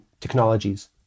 technologies